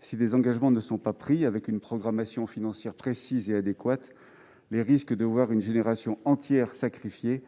Si des engagements ne sont pas pris, avec une programmation financière précise et adéquate, les risques de voir une génération entière sacrifiée